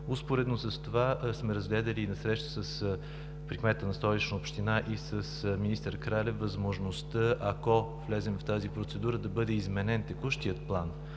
Успоредно с това сме разгледали и на среща при кмета на Столична община и с министър Кралев възможността, ако влезем в тази процедура, да бъде изменен текущият план